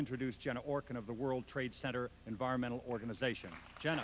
introduce jenna orkin of the world trade center environmental organization john